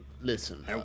listen